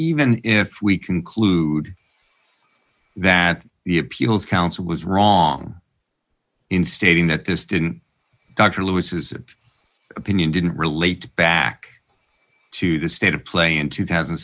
even if we conclude that the appeals counsel was wrong in stating that this didn't dr lewis whose opinion didn't relate back to the state of play in two thousand